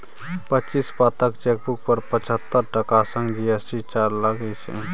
पच्चीस पातक चेकबुक पर पचहत्तर टका संग जी.एस.टी चार्ज लागय छै